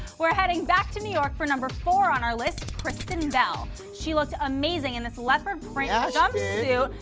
we're heading back to new york for number four on our list kristen bell she looks amazing in this leopard print job blue,